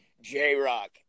J-Rock